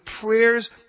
prayers